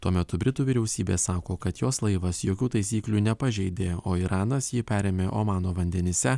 tuo metu britų vyriausybė sako kad jos laivas jokių taisyklių nepažeidė o iranas jį perėmė omano vandenyse